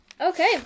Okay